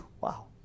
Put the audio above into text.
Wow